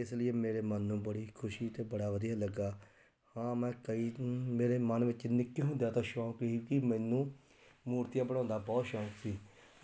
ਇਸ ਲਈ ਮੇਰੇ ਮਨ ਨੂੰ ਬੜੀ ਖੁਸ਼ੀ ਅਤੇ ਬੜਾ ਵਧੀਆ ਲੱਗਾ ਹਾਂ ਮੈਂ ਕਈ ਮੇਰੇ ਮਨ ਵਿੱਚ ਨਿੱਕੇ ਹੁੰਦਿਆਂ ਤੋਂ ਸ਼ੌਂਕ ਵੀ ਕਿ ਮੈਨੂੰ ਮੂਰਤੀਆਂ ਬਣਾਉਣ ਦਾ ਬਹੁਤ ਸ਼ੌਂਕ ਸੀ